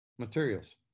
materials